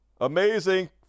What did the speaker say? Amazing